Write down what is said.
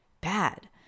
bad